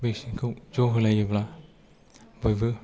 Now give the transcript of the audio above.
vaccine खौ ज' होलायोब्ला बयबो